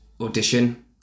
audition